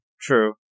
True